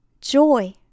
joy